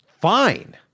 fine